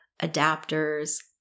adapters